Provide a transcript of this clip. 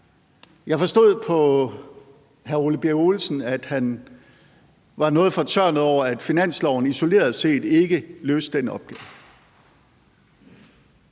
Jeg forstod på hr. Ole Birk Olesen, at han var noget fortørnet over, at finansloven isoleret set ikke løser den opgave.